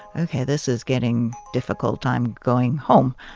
ok, this is getting difficult. i'm going home.